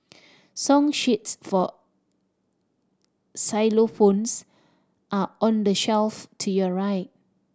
song sheets for xylophones are on the shelf to your right